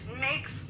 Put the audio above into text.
makes